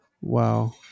Wow